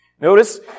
Notice